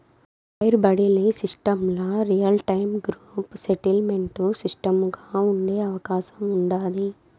wire బడిలీ సిస్టమ్ల real time group settlement సిస్టముగా ఉండే అవకాశం ఉండాది